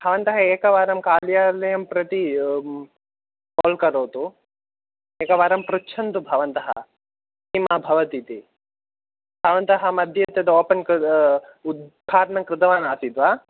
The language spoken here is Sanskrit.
भवन्तः एकवारं कार्यालयं प्रति काल् करोतु एकवारं पृच्छन्तु भवन्तः किम् अभवत् इति भवन्तः मध्ये तद् ओपन् उद्धाटनं कृतवान् आसीत् वा